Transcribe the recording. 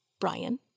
Brian